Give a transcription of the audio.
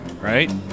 right